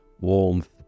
warmth